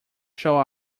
shall